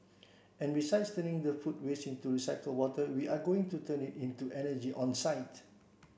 and besides turning the food waste into recycled water we are going to turn it into energy on site